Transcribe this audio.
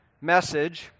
message